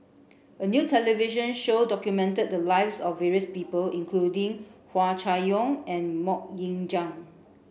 a new television show documented the lives of various people including Hua Chai Yong and Mok Ying Jang